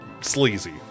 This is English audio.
sleazy